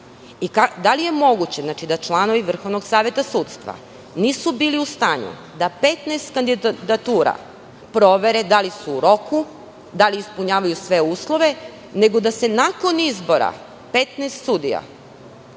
li je moguće da članovi Vrhovnog saveta sudstva nisu bili u stanju da 15 kandidatura provere da li su u roku, da li ispunjavaju sve uslove, nego da se nakon izbora 15 sudija,